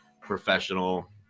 professional